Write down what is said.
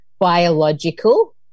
biological